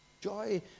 joy